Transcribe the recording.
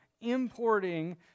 importing